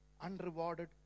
unrewarded